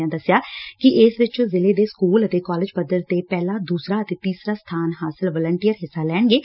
ਉਨਾਂ ਦੱਸਿਆ ਕਿ ਇਸ ਵਿੱਚ ਜ਼ਿਲ਼ੇ ਦੇ ਸਕੁਲ ਕਾਲਜ ਪੱਧਰ ਤੇ ਪਹਿਲਾ ਦੁਸਰਾ ਅਤੇ ਤੀਸਰਾ ਸਬਾਨ ਹਾਸਲ ਵਲੰਟੀਅਰ ਹਿੱਸਾ ਲੈਣਗੇ